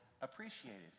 appreciated